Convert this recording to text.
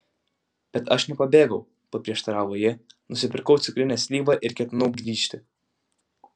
bet aš nepabėgau paprieštaravo ji nusipirkau cukrinę slyvą ir ketinau grįžti